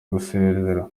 gusezera